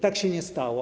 Tak się nie stało.